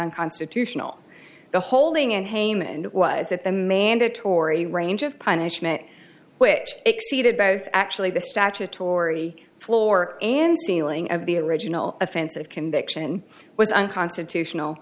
unconstitutional the holding and payment was that the mandatory range of punishment which exceeded both actually the statutory floor and ceiling of the original offense of conviction was unconstitutional